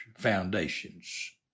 foundations